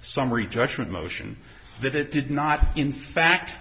summary judgment motion that it did not in fact